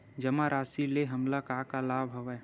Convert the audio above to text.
जमा राशि ले हमला का का लाभ हवय?